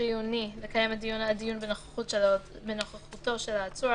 חיוני ודחוף לקיים את הדיון בנוכחותו של העצור,